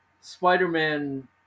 Spider-Man